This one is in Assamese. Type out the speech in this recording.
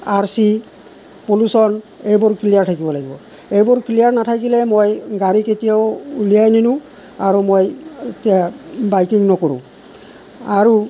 আৰ চি পলুশ্যন এইবোৰ ক্লিয়াৰ থাকিব লাগিব এইবোৰ ক্লিয়াৰ নাথাকিলে মই গাড়ী কেতিয়াও উলিয়াই নিনো আৰু মই এতিয়া বাইকিং নকৰোঁ আৰু